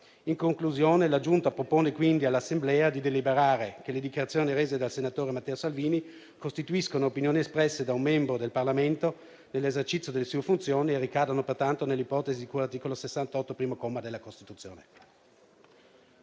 In conclusione, la Giunta propone quindi all'Assemblea di deliberare che le dichiarazioni rese dal senatore Matteo Salvini costituiscono opinioni espresse da un membro del Parlamento nell'esercizio delle sue funzioni e ricadono pertanto nell'ipotesi di cui all'articolo 68, primo comma della Costituzione.